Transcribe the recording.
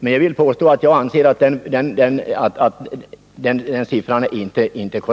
men jag vill påstå att siffran inte är